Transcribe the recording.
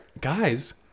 guys